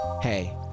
Hey